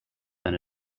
then